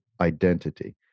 identity